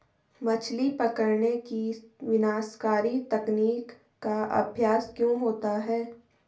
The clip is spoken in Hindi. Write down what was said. मछली पकड़ने की विनाशकारी तकनीक का अभ्यास क्यों होता है?